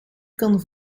kan